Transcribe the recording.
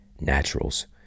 Naturals